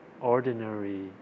ordinary